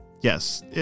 Yes